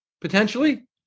potentially